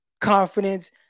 confidence